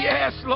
Yes